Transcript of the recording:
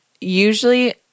Usually